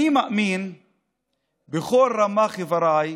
אני מאמין בכל רמ"ח איבריי,